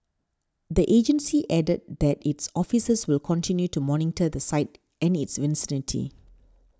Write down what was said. the agency added that its officers will continue to monitor the site and its vicinity